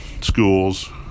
schools